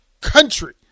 country